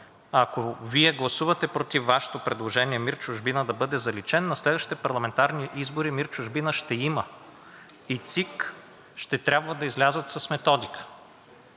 Ако Вие гласувате против Вашето предложение МИР „Чужбина“ да бъде заличен, на следващите парламентарни избори МИР „Чужбина“ ще има и ЦИК ще трябва да излязат с методика.